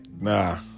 Nah